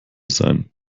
sein